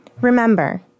Remember